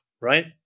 right